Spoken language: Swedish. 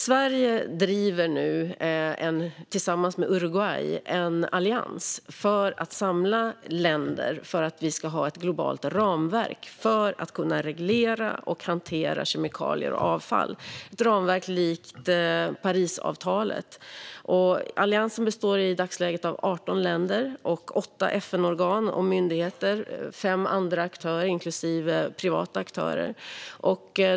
Sverige driver nu tillsammans med Uruguay en allians för att samla länder för att vi ska ha ett globalt ramverk för att kunna reglera och hantera kemikalier och avfall. Det är ett ramverk likt Parisavtalet. Alliansen består i dagsläget av arton länder, åtta FN-organ och myndigheter samt fem andra aktörer inklusive privata aktörer.